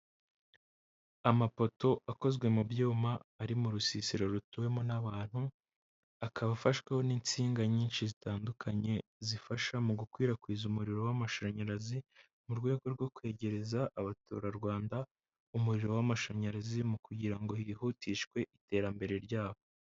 Amapoto akozwe mu byuma, ari mu rusisiro rutuwemo n'abantu, akaba afashweho n'insinga nyinshi zitandukanye, zifasha mu gukwirakwiza umuriro w'amashanyarazi, mu rwego rwo kwegereza abaturarwanda umuriro w'amashanyarazi, kugira ngo hihutishwe iterambere ryabo.